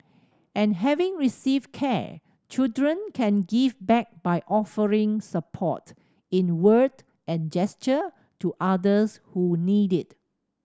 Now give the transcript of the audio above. and having received care children can give back by offering support in word and gesture to others who need it